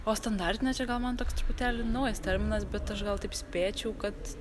o standartinė čia gal man toks truputėlį naujas terminas bet aš gal taip spėčiau kad